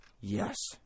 Yes